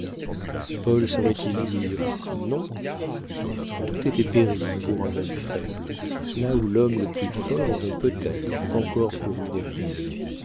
paul saurait-il dire non tout était péril pour un homme faible là où l'homme le plus fort aurait peut-être encore couru des risques